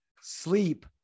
sleep